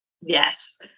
Yes